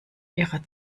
ihrer